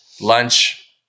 lunch